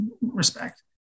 respect